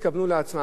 הם חששו